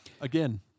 Again